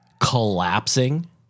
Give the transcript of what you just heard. collapsing